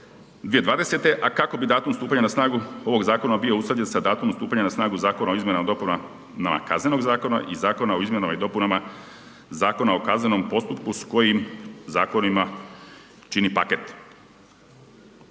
2020. a kako bi datum stupanja na snagu ovog zakon bio usklađen sa datumom stupanja na snagu zakona o izmjenama i dopunama KZ-a i zakona o izmjenama i dopunama ZKP-a s kojim zakonima čini paket.